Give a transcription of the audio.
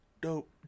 Dope